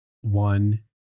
One